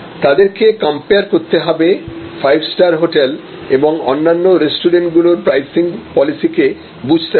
তাদেরকে কম্পেয়ার করতে হবে ফাইভ স্টার হোটেল এবং অন্যান্য রেস্টুরেন্টগুলোর প্রাইসিং পলিসি কে বুঝতে হবে